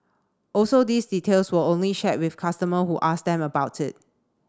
also these details were only shared with customer who asked them about it